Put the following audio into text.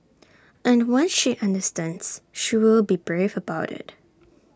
and one she understands she will be brave about IT